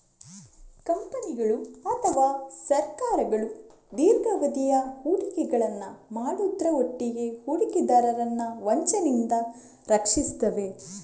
ಕಂಪನಿಗಳು ಅಥವಾ ಸರ್ಕಾರಗಳು ದೀರ್ಘಾವಧಿಯ ಹೂಡಿಕೆಗಳನ್ನ ಮಾಡುದ್ರ ಒಟ್ಟಿಗೆ ಹೂಡಿಕೆದಾರರನ್ನ ವಂಚನೆಯಿಂದ ರಕ್ಷಿಸ್ತವೆ